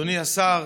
אדוני השר,